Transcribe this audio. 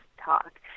talk